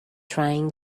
trying